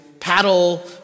paddle